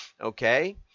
Okay